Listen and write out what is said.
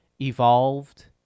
evolved